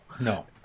no